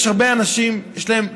יש הרבה אנשים שיש להם,